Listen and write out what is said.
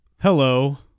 hello